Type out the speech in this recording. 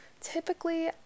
typically